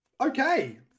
Okay